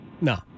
No